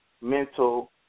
mental